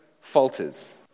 falters